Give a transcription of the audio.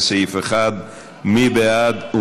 לסעיף 1. מי בעד?